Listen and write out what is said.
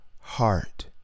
heart